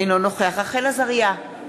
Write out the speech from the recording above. אינו נוכח רחל עזריה,